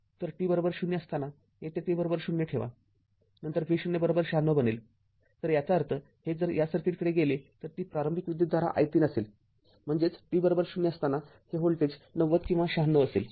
तर t0 असताना येथे t० ठेवा नंतर V0९६ बनेल तर याचा अर्थ हे जर या सर्किटकडे गेले तर ती प्रारंभिक विद्युतधारा i३ असेल म्हणजेच t० असताना हे व्होल्टेज ९० किंवा ९६ असेल